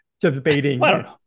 debating